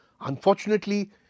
Unfortunately